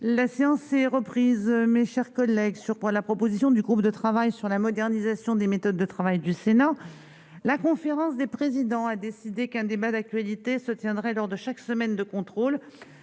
La séance est reprise. Mes chers collègues, sur la proposition du groupe de travail sur la modernisation des méthodes de travail du Sénat, la conférence des présidents a décidé qu'un débat d'actualité se tiendrait lors de chaque semaine de contrôle,